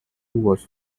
was